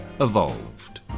evolved